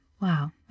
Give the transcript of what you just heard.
wow